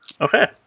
Okay